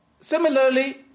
similarly